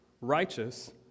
righteous